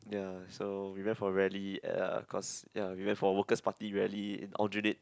ya so we went for rally ya cause we went for Workers' Party rally in Aljunied